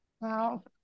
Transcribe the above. Wow